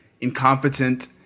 incompetent